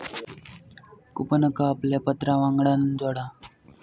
कूपनका आपल्या पत्रावांगडान जोडा